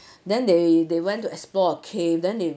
then they they went to explore a cave then they